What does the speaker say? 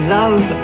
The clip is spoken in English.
love